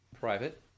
Private